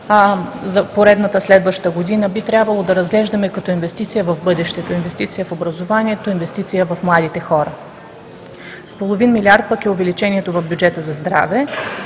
за поредната следваща година, а би трябвало да разглеждаме като инвестиция в бъдещето, инвестиция в образованието, инвестиция в младите хора. С половин милиард пък е увеличението в бюджета за здраве,